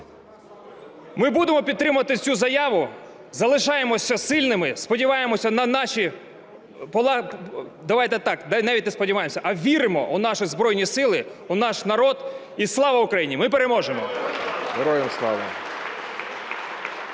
Ми будемо підтримувати цю заяву. Залишаємося сильними, сподіваємося на наші… Давайте так, навіть не сподіваємося, а віримо у наші Збройні Сили, у наш народ і слава Україні! Ми переможемо! (Оплески)